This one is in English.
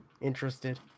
interested